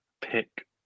pick